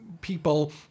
people